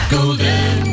Golden